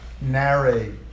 narrate